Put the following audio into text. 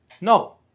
no